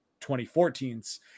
2014s